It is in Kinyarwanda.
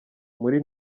muri